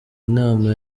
nama